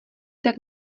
tak